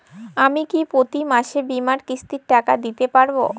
আমি কি প্রতি মাসে বীমার কিস্তির টাকা দিতে পারবো?